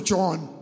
John